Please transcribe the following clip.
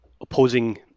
opposing